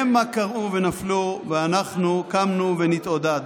המה כרעו ונפלו ואנחנו קמנו ונתעודד.